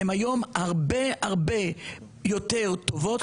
היום הן הרבה הרבה יותר טובות,